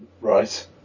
Right